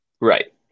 Right